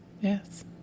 Yes